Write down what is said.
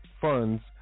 funds